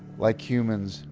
like humans,